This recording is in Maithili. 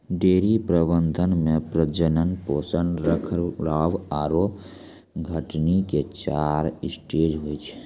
डेयरी प्रबंधन मॅ प्रजनन, पोषण, रखरखाव आरो छंटनी के चार स्टेज होय छै